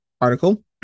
article